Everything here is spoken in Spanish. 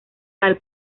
sal